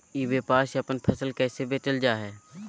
ई व्यापार से अपन फसल कैसे बेचल जा हाय?